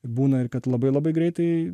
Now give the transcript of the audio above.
būna ir kad labai labai greitai